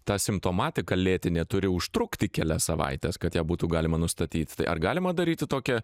ta simptomatika lėtinė turi užtrukti kelias savaites kad ją būtų galima nustatyt tai ar galima daryti tokią